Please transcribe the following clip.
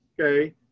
okay